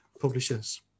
publishers